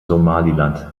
somaliland